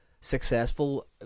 successful